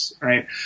right